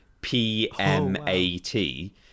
P-M-A-T